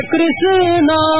Krishna